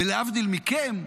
ולהבדיל מכם,